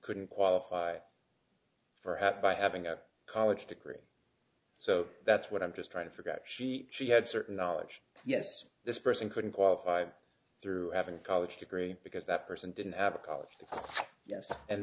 couldn't qualify perhaps by having a college degree so that's what i'm just trying to figure out she she had certain knowledge yes this person couldn't qualify through having a college degree because that person didn't have a college yes and